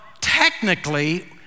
technically